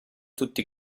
tutti